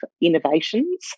innovations